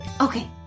Okay